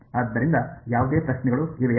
ಆದ್ದರಿಂದ ಯಾವುದೇ ಪ್ರಶ್ನೆಗಳು ಇವೆಯೆ